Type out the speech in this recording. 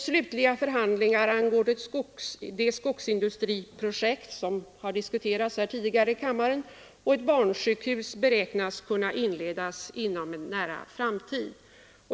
Slutliga förhandlingar angående det skogsindustriprojekt, som tidigare har diskuterats här i kammaren, och ett barnsjukhus beräknas kunna inledas inom en nära framtid.